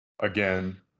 again